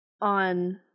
on